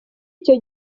icyo